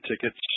tickets